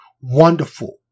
wonderful